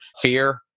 fear